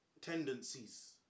tendencies